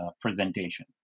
presentation